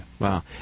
wow